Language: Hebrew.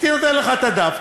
הייתי נותן לך את הדף,